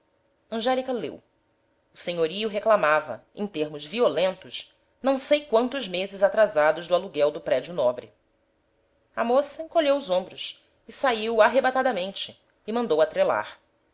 pau rosa angélica leu o senhorio reclamava em termos violentos não sei quantos meses atrasados do aluguel do prédio nobre a moça encolheu os ombros saiu arrebatadamente e mandou atrelar